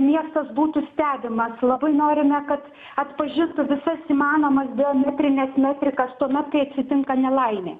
miestas būtų stebimas labai norime kad atpažintų visas įmanomas biometrines metrikas tuomet kai atsitinka nelaimė